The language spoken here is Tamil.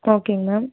ஓகேங்க மேம்